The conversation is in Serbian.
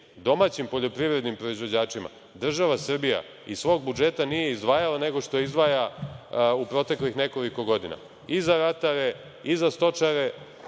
domaćim poljoprivrednim proizvođačima država Srbija iz svog budžeta nije izdvajala nego što izdvaja u proteklih nekoliko godina i za ratare i za stočare